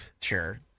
Sure